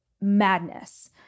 madness